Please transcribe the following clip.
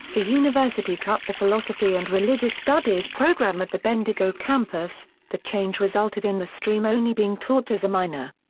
the university cut the philosophy and religious studies program at the bendigo campus, the change resulted in the stream only being taught as a minor.